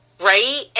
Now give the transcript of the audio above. right